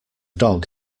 dog